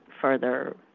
further